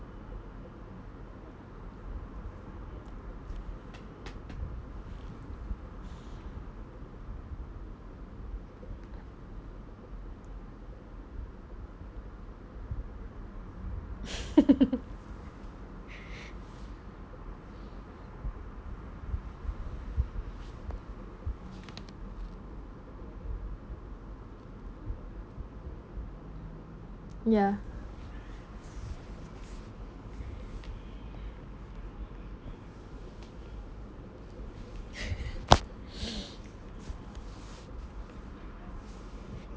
ya